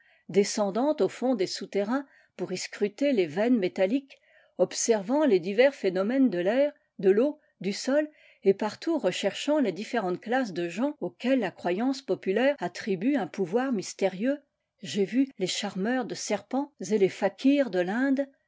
descendant au fond des souterrains pour y scruter les veines métalliques observant les divers phénomènes de l'air de l'eau du sol et partout recherchant les différentes classes de gens auxquelles la croyance populaire attribue un pouvoir mystérieux j'ai vu les charmeurs de serpents et les fakirs de l'inde